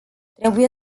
trebuie